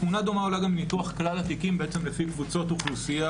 תמונה דומה עולה גם מתוך כלל התיקים בעצם לפי קבוצות אוכלוסייה,